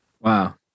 Wow